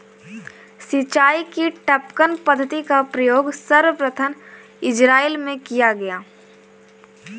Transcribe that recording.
सिंचाई की टपकन पद्धति का प्रयोग सर्वप्रथम इज़राइल में किया गया